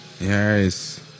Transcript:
Yes